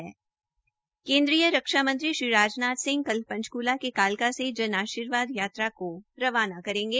केन्द्रीय रक्षा मंत्री श्री राजनाथ सिंह कल पंचकूला के कालका से जन आर्शीवाद यात्रा को रवाना करेंगे